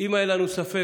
אם היה לנו ספק